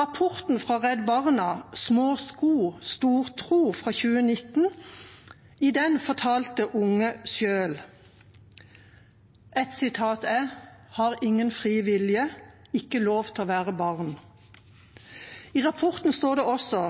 rapporten fra Redd Barna «Små sko – stor tro» fra 2019 fortalte unge selv. Uttalelsene går på: har ingen fri vilje – ikke lov til å være barn. I rapporten står det også